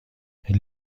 این